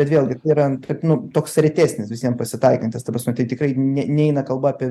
bet vėlgi yra ant taip nu toks retesnis visiem pasitaikantis ta prasme tai tikrai ne neina kalba apie